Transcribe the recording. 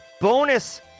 bonus